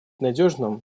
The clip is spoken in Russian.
надежным